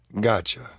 Gotcha